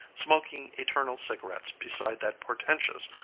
smoking eternal cigarettes beside that portentous,